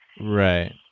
Right